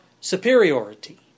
superiority